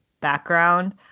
background